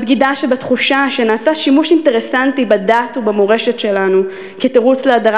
הבגידה שבתחושה שנעשה שימוש אינטרסנטי בדת ובמורשת שלנו כתירוץ להדרת